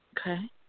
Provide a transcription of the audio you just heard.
Okay